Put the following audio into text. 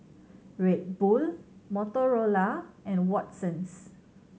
Red Bull Motorola and Watsons